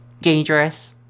dangerous